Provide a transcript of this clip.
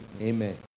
Amen